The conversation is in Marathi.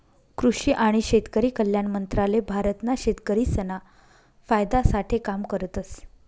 कृषि आणि शेतकरी कल्याण मंत्रालय भारत ना शेतकरिसना फायदा साठे काम करतस